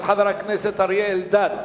של חבר הכנסת אריה אלדד,